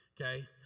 okay